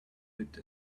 with